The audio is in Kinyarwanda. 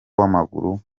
w’amaguru